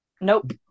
Nope